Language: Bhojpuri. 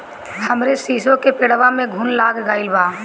हमरे शीसो के पेड़वा में घुन लाग गइल बा